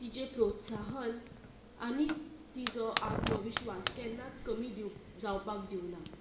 तिजें प्रोत्साहन आनी तिजो आत्मविश्वास केन्नाच कमी जावपाक दिवंक ना